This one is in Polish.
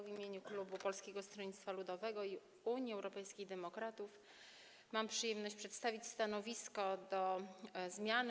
W imieniu klubu Polskiego Stronnictwa Ludowego i Unii Europejskich Demokratów mam przyjemność przedstawić stanowisko co do zmiany